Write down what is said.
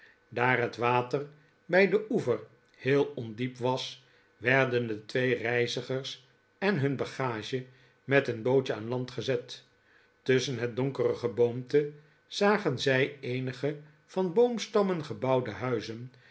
daar het water bij den oever heel ondiep was werden de twee reizigers en hun bagage met een bootje aan land gezet tusschen het donkere geboomte zagen zij eenige van boomstammen gebouwde huizen